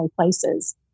places